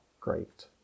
great